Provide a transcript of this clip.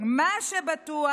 מה שבטוח,